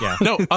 No